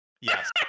Yes